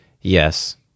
Yes